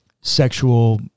sexual